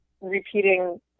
repeating